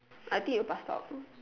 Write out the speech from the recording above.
I think you passed out